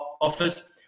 office